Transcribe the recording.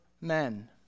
men